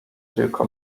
tylko